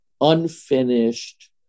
unfinished